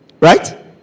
Right